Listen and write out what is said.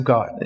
God